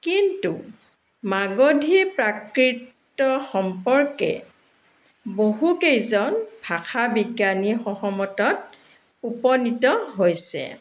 কিন্তু মাগধী প্ৰাকৃত সম্পৰ্কে বহুকেইজন ভাষাবিজ্ঞানীয়ে সহমতত উপনীত হৈছে